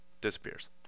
disappears